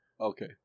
Okay